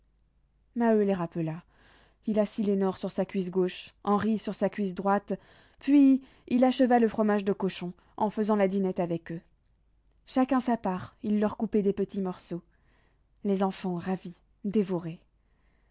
maheu les rappela il assit lénore sur sa cuisse gauche henri sur sa cuisse droite puis il acheva le fromage de cochon en faisant la dînette avec eux chacun sa part il leur coupait des petits morceaux les enfants ravis